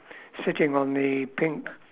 sitting on the pink